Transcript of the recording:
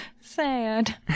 sad